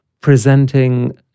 presenting